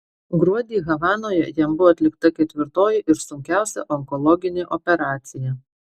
gruodį havanoje jam buvo atlikta ketvirtoji ir sunkiausia onkologinė operacija